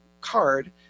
card